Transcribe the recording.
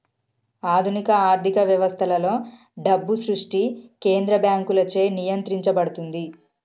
ఆధునిక ఆర్థిక వ్యవస్థలలో, డబ్బు సృష్టి కేంద్ర బ్యాంకులచే నియంత్రించబడుతుంది